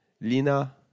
Lina